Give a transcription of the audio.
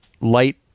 light